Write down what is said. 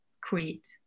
create